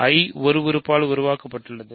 I ஒரு உறுப்பால் உருவாக்கப்படுகிறது